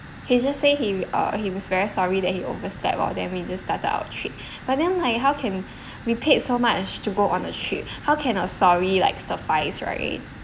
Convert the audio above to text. he just say he uh he is very sorry that he overslept oh then we started our trip but then like how can we paid so much to go on a trip how can a sorry like suffice right